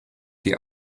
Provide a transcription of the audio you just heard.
die